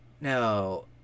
No